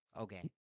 Okay